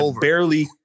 barely